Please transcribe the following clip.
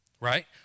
right